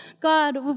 God